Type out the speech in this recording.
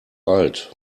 alt